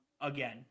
again